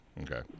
okay